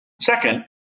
Second